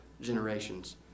generations